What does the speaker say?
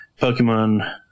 Pokemon